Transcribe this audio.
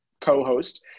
co-host